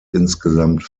insgesamt